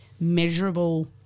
measurable